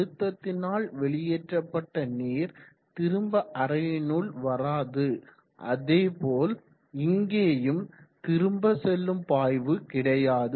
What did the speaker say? அழுத்தத்தினால் வெளியேற்றப்பட்ட நீர் திரும்ப அறையினுள் வராது அதேபோல் இங்கேயும் திரும்ப செல்லும் பாய்வு கிடையாது